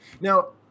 Now